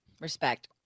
Respect